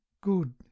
Good